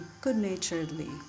good-naturedly